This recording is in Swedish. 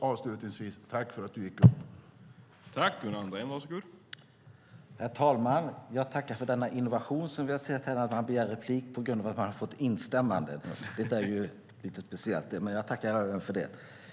Avslutningsvis: Tack för att du gick upp i debatten!